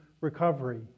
recovery